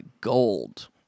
gold